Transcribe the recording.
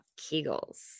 Kegels